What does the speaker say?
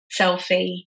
selfie